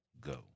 go